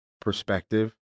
perspective